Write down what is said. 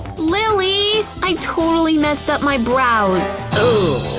lily! i totally messed up my brows! ooh,